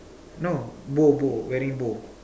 no bow bow wedding bow